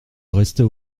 restait